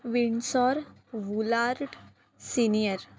Windsor Woolard senior